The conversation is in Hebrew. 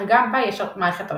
אך גם בה יש מערכת הרשאות.